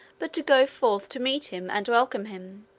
but to go forth to meet him and welcome him.